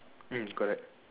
green is correct